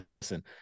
listen